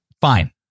Fine